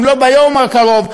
אם לא ביום הקרוב,